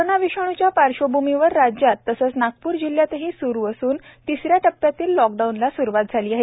corona विषाणूच्या पार्श्वभूमीवर राज्यात तसेच नागप्र जिल्हयातही स्रु असून तिसऱ्या टप्प्यातील लॉकडाऊनला सुरुवात झाली आहे